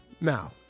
Now